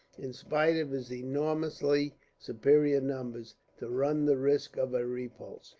in spite of his enormously superior numbers, to run the risk of a repulse.